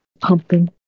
pumping